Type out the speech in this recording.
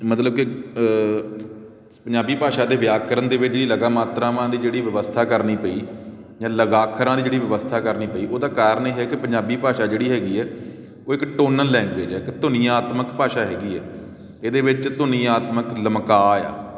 ਮਤਲਬ ਕਿ ਪੰਜਾਬੀ ਭਾਸ਼ਾ ਦੇ ਵਿਆਕਰਨ ਦੇ ਵਿੱਚ ਜਿਹੜੀ ਲਗਾ ਮਾਤਰਾਵਾਂ ਦੀ ਜਿਹੜੀ ਵਿਵਸਥਾ ਕਰਨੀ ਪਈ ਜਾਂ ਲਗਾਖਰਾਂ ਦੀ ਜਿਹੜੀ ਵਿਵਸਥਾ ਕਰਨੀ ਪਈ ਉਹਦਾ ਕਾਰਨ ਇਹ ਹੈ ਕਿ ਪੰਜਾਬੀ ਭਾਸ਼ਾ ਜਿਹੜੀ ਹੈਗੀ ਹੈ ਉਹ ਇੱਕ ਟੋਨਲ ਲੈਂਗੁਏਜ ਹੈ ਇੱਕ ਧੁਨੀਆਤਮਕ ਭਾਸ਼ਾ ਹੈਗੀ ਹੈ ਇਹਦੇ ਵਿੱਚ ਧੁਨੀਆਤਮਕ ਲਮਕਾ ਆ